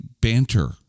banter